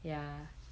ya